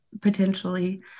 potentially